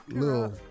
little